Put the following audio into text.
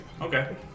Okay